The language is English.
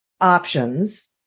options